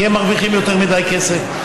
כי מרוויחים יותר מדי כסף,